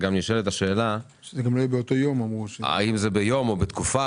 גם נשאלת שאלה האם זה ביום מסוים או בתקופה